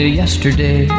yesterday